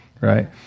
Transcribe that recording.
right